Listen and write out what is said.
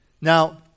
Now